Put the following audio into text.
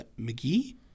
McGee